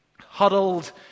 Huddled